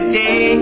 day